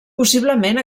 possiblement